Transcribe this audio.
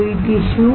कोई टिशू